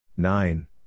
Nine